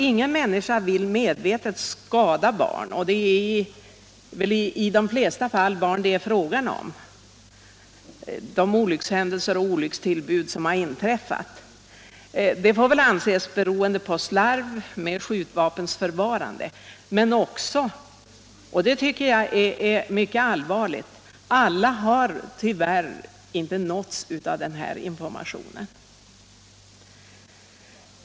Ingen människa vill väl medvetet skada barn — och det är väl i de flesta fall barn som drabbats. De olycksfall och olyckstillbud som har inträffat får väl anses ha berott på slarv vid förvaringen av skjutvapen. Men vad jag tycker är allvarligt i sammanhanget är att alla tyvärr inte har nåtts av den information som lämnats.